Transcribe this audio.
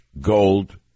Gold